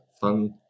fun